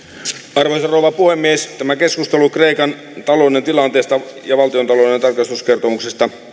arvoisa rouva puhemies tämä keskustelu kreikan talouden tilanteesta ja valtiontalouden tarkastuskertomuksesta